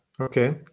Okay